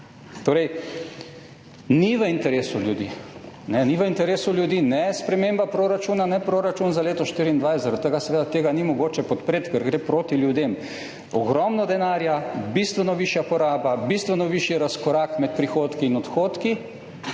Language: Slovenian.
Torej ni v interesu ljudi. Ni v interesu ljudi ne sprememba proračuna ne proračun za leto 2024, zaradi tega seveda tega ni mogoče podpreti. Ker gre proti ljudem. Ogromno denarja, bistveno višja poraba, bistveno višji razkorak med prihodki in odhodki,